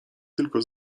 tylko